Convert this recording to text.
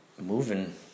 moving